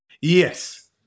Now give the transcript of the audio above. Yes